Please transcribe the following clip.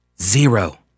Zero